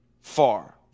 far